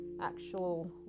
actual